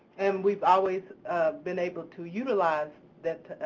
and we've always been able to utilize that,